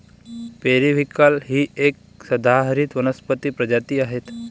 periwinkle ही एक सदाहरित वनस्पती प्रजाती आहे